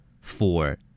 Four